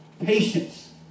patience